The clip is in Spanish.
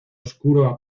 oscuro